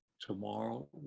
tomorrow